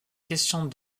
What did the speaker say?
questions